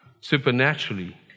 supernaturally